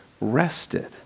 rested